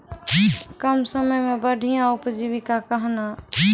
कम समय मे बढ़िया उपजीविका कहना?